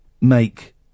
make